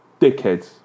Dickheads